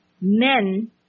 men